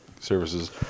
services